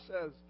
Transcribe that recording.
says